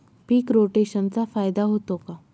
पीक रोटेशनचा फायदा होतो का?